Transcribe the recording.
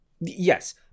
yes